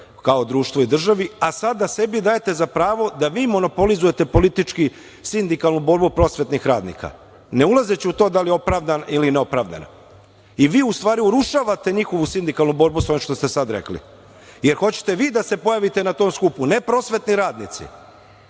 kao društvu i državi, a sada sebi dajete za pravo da vi monopolizujete politički sindikalnu borbu prosvetnih radnika, ne ulazeći u to da li je opravdana ili neopravdana. Vi u stvari urušavate njihovu sindikalnu borbu sa ovim što ste sada rekli, jer hoćete vi da se pojavite na tom skupu, ne prosvetni radnici,